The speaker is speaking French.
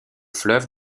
fleuves